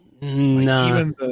No